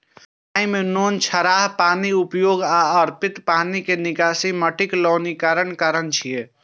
सिंचाइ मे नोनछराह पानिक उपयोग आ अपर्याप्त जल निकासी माटिक लवणीकरणक कारण छियै